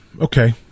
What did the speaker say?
Okay